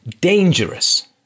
dangerous